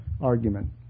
Argument